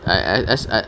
I I is I